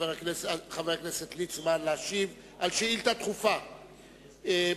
חבר הכנסת ליצמן, להשיב על שאילתא דחופה מס'